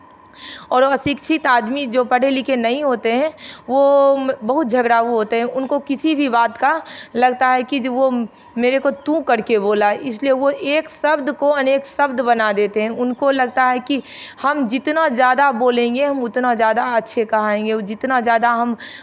और अशिक्षित आदमी जो पढ़े लिखे नहीं होते हैं वो बहुत झगड़ालू होते हैं उनको किसी भी बात का लगता है जो वो मेरे को तू करके बोला इसलिए वो एक शब्द को अनेक शब्द बना देते हैं उनको लगता है कि हम जितना ज़्यादा बोलेंगे उतना ज़्यादा अच्छे कहाएंगे वो जितना ज़्यादा